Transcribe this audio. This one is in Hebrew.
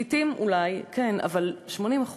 לעתים אולי כן, אבל 80%?